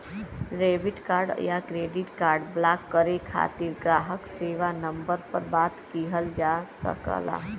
debit card या credit card block करे खातिर ग्राहक सेवा नंबर पर बात किहल जा सकला